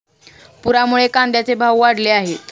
पुरामुळे कांद्याचे भाव वाढले आहेत